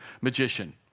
magician